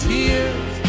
Tears